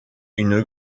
une